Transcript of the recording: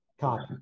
copy